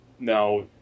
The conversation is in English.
Now